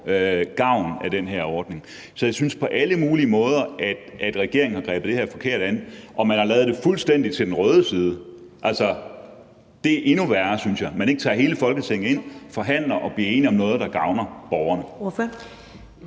gavn af den her ordning. Så jeg synes, at regeringen på alle mulige måder har grebet det her forkert an. Og man har lavet det fuldstændig til den røde side. Det er endnu værre, synes jeg – altså at man ikke tager hele Folketinget ind og forhandler og bliver enige om noget, der gavner borgerne.